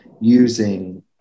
using